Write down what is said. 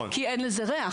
כי אין לזה ריח,